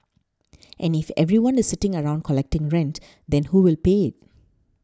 and if everyone is sitting around collecting rent then who will pay it